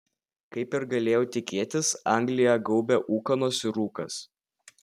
kaip ir galėjau tikėtis angliją gaubė ūkanos ir rūkas